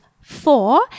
four